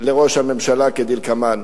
לראש הממשלה כדלקמן: